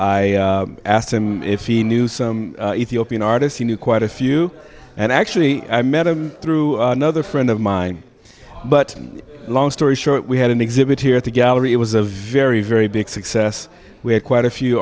i asked him if he knew some ethiopian artist he knew quite a few and actually i met him through another friend of mine but long story short we had an exhibit here at the gallery it was a very very big success we had quite a few